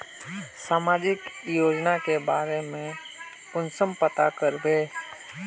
सामाजिक योजना के बारे में कुंसम पता करबे?